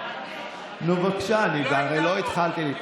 נו, בבקשה, אני הרי לא התחלתי.